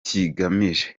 kigamije